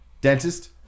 Dentist